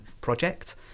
project